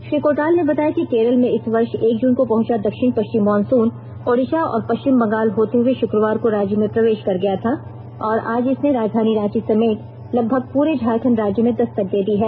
श्री कोटाल ने बताया कि केरल में इस वर्ष एक जून को पहुंचा दक्षिण पश्चिम मानसून ओड़िशा और पश्चिम बंगाल होते हुए शुक्रवार को राज्य में प्रवेश कर गया था और आज इसने राजधानी रांची समेत लगभग पूरे झारखंड राज्य में दस्तक दे दी है